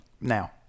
Now